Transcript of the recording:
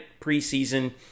preseason